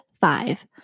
five